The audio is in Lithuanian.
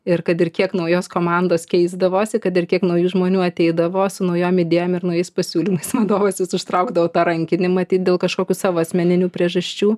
ir kad ir kiek naujos komandos keisdavosi kad ir kiek naujų žmonių ateidavo su naujom idėjom ir naujais pasiūlymais vadovas vis užtraukdavo rankinį matyt dėl kažkokių savo asmeninių priežasčių